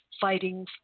fighting